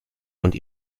und